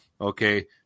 Okay